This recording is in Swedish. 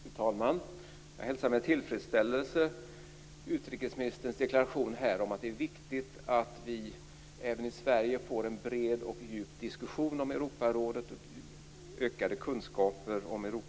Fru talman! Jag hälsar med tillfredsställelse utrikesministerns deklaration om att det är viktigt att vi även i Sverige får en bred och djup diskussion om Europarådet och ökade kunskaper om det.